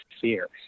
fear